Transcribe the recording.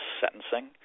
sentencing